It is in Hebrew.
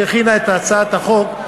שהכינה את הצעת החוק,